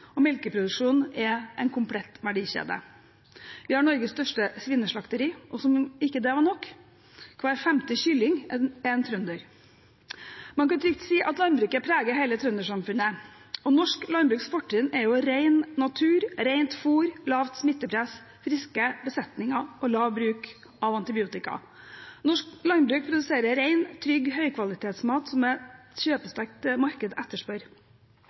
og melkeproduksjonen er en komplett verdikjede. Vi har Norges største svineslakteri, og – som om ikke det var nok – hver femte kylling er en trønder. Man kan trygt si at landbruket preger hele trøndersamfunnet. Norsk landbruks fortrinn er ren natur, rent fôr, lavt smittepress, friske besetninger og lav bruk av antibiotika. Norsk landbruk produserer ren, trygg høykvalitetsmat som et kjøpesterkt marked etterspør.